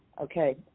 Okay